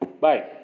Bye